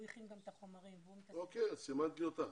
הוא הכין את החומרים והוא מטפל בזה.